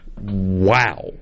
Wow